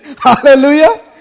Hallelujah